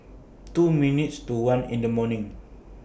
two minutes to one in The morning